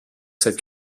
cette